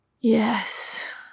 Yes